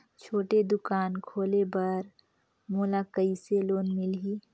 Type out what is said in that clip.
छोटे दुकान खोले बर मोला कइसे लोन मिलही?